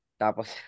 Tapos